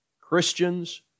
Christians